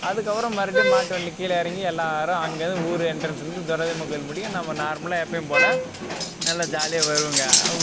அதற்கப்பறம் மறுபடியும் மாட்டு வண்டியில கீழ இறங்கி எல்லாரும் அங்கே இருந்து ஊர் எண்ட்ரன்ஸில் இருந்து துரையம்மன் கோயில் முட்டிக்கும் நம்ம நார்மலாக எப்பையும் போல் நல்லா ஜாலியாக வருவேங்க